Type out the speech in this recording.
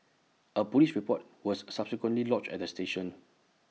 A Police report was subsequently lodged at the station